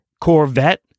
Corvette